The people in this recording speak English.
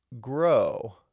grow